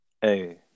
Hey